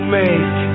make